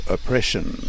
Oppression